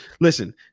Listen